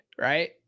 right